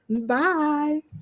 Bye